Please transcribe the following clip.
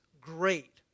great